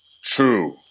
True